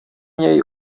něj